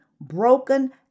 broken